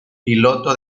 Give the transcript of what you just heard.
piloto